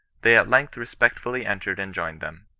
they at length respectfully entered and joined them.